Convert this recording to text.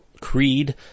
Creed